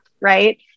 Right